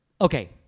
okay